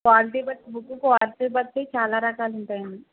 quality బట్టి book quality బట్టి చాలా రకాలు ఉంటాయండి